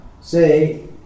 Say